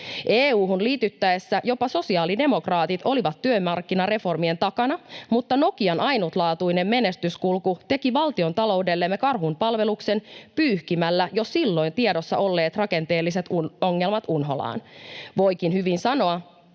EU:hun liityttäessä jopa sosiaalidemokraatit olivat työmarkkinareformien takana, mutta Nokian ainutlaatuinen menestyskulku teki valtiontaloudellemme karhunpalveluksen pyyhkimällä jo silloin tiedossa olleet rakenteelliset ongelmat unholaan. Voikin hyvin sanoa,